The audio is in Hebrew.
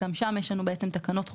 גם שם יש תקנות חובה,